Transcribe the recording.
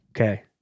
Okay